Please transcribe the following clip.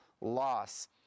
loss